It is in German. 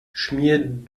schmier